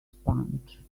sponge